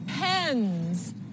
pens